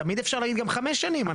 אפשר להגיד גם חמש שנים.